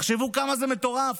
תחשבו כמה זה מטורף.